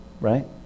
right